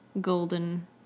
golden